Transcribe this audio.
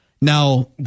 now